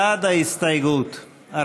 בעד ההסתייגות,